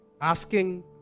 asking